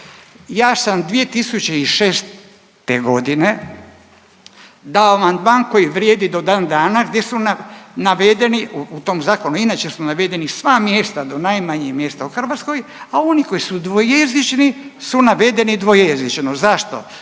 ja sam 2006. godine dao amandman koji vrijedi do dan dana gdje su navedeni u tom zakonu inače su navedeni sva mjesta do najmanjih mjesta u Hrvatskoj, a oni koji su dvojezični su navedeni dvojezično. Zašto?